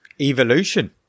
evolution